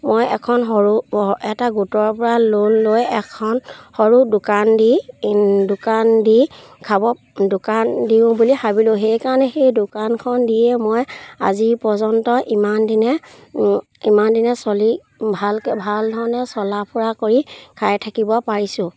মই এখন সৰু এটা গোটৰ পৰা লোন লৈ এখন সৰু দোকান দি দোকান দি খাব দোকান দিওঁ বুলি ভাবিলোঁ সেইকাৰণে সেই দোকানখন দিয়ে মই আজি পৰ্যন্ত ইমান দিনে ইমান দিনে চলি ভালকৈ ভাল ধৰণে চলা ফুৰা কৰি খাই থাকিব পাৰিছোঁ